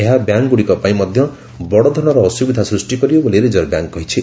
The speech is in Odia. ଏହା ବ୍ୟାଙ୍କଗୁଡ଼ିକ ପାଇଁ ମଧ୍ୟ ବଡଧରଣର ଅସୁବିଧା ସୃଷ୍ଟି କରିବ ବୋଲି ରିଜର୍ଭ ବ୍ୟାଙ୍କ କହିଛି